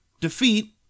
defeat